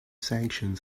sanctions